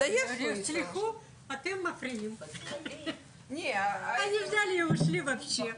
תחשבו על זה --- מספיק שנראה התקדמות ולא נסיגה,